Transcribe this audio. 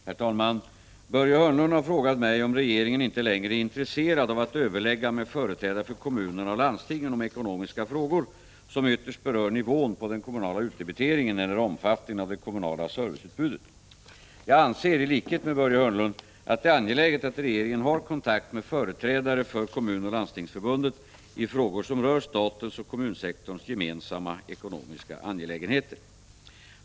Herr talman! Börje Hörnlund har frågat mig om regeringen inte längre är intresserad av att överlägga med företrädare för kommunerna och landstingen om ekonomiska frågor som ytterst berör nivån på den kommunala utdebiteringen eller omfattningen av det kommunala serviceutbudet. Jag anser, i likhet med Börje Hörnlund, att det är angeläget att regeringen har kontakt med företrädare för kommunoch landstingsförbunden i frågor som rör statens och kommunsektorns gemensamma ekonomiska angelägenheter.